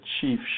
chief